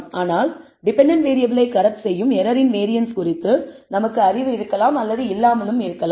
ஆனால் டெபென்டென்ட் வேறியபிளை கரப்ட் செய்யும் எரரின் வேரியன்ஸ் குறித்து நமக்கு அறிவு இருக்கலாம் அல்லது இல்லாமல் இருக்கலாம்